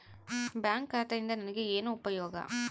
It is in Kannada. ಬ್ಯಾಂಕ್ ಖಾತೆಯಿಂದ ನನಗೆ ಏನು ಉಪಯೋಗ?